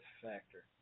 factor